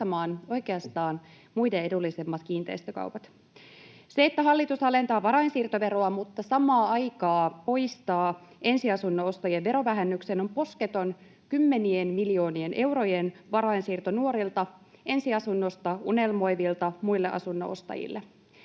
oikeastaan muiden edullisemmat kiinteistökaupat. Se, että hallitus alentaa varainsiirtoveroa mutta samaan aikaan poistaa ensiasunnon ostajien verovähennyksen, on posketon kymmenien miljoonien eurojen varainsiirto nuorilta ensiasunnosta unelmoivilta muille asunnon ostajille.